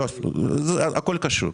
הכול קשור.